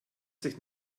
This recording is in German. sich